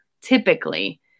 typically